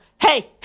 hey